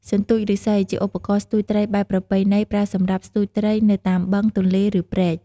សន្ទូចឬស្សី ជាឧបករណ៍ស្ទួចត្រីបែបប្រពៃណី ប្រើសម្រាប់ស្ទួចត្រីនៅតាមបឹង ទន្លេ ឬ ព្រែក។